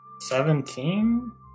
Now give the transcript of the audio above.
Seventeen